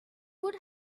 would